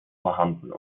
vorhanden